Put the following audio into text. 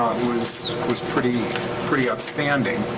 was was pretty pretty outstanding